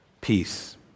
peace